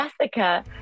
Jessica